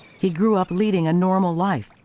he grew up leading a normal life,